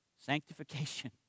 sanctification